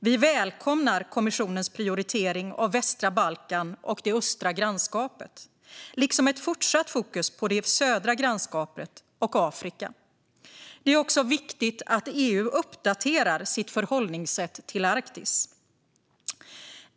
Vi välkomnar kommissionens prioritering av västra Balkan och det östra grannskapet, liksom ett fortsatt fokus på det södra grannskapet och Afrika. Det är också viktigt att EU uppdaterar sitt förhållningssätt till Arktis.